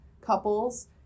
couples